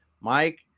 Mike